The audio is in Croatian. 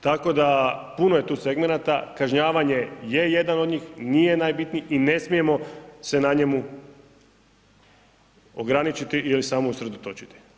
Tako da, puno je tu segmenata, kažnjavanje je jedan od njih, nije najbitnije i ne smijemo se na njemu ograničiti ili samo se usredotočiti.